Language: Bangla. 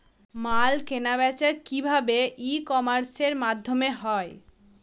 মাল কেনাবেচা কি ভাবে ই কমার্সের মাধ্যমে হয়?